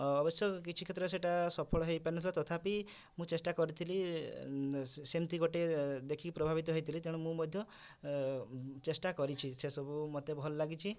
ଅବଶ୍ୟ କିଛି କ୍ଷେତ୍ରରେ ସେଟା ସଫଳ ହୋଇ ପାରିନଥିଲା ତଥାପି ମୁଁ ଚେଷ୍ଟା କରିଥିଲି ସେମିତି ଗୋଟିଏ ଦେଖି ପ୍ରଭାବିତ ହୋଇଥିଲି ତେଣୁ ମୁଁ ମଧ୍ୟ ଚେଷ୍ଟା କରିଛି ସେ ସବୁ ମୋତେ ଭଲ ଲାଗିଛି